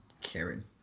Karen